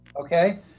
Okay